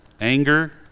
anger